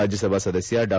ರಾಜ್ಯಸಭಾ ಸದಸ್ಯ ಡಾ